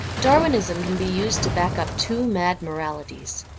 darwinism can be used to back up two mad moralities,